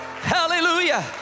Hallelujah